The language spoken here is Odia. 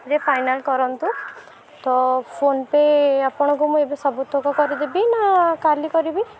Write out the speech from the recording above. ରେ ଫାଇନାଲ କରନ୍ତୁ ତ ଫୋନପେ ଆପଣଙ୍କୁ ମୁଁ ଏବେ ସବୁତକ କରିଦେବି ନା କାଲି କରିବି